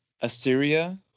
Assyria